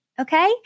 Okay